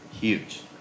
Huge